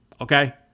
okay